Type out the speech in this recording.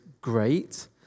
Great